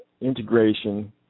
integration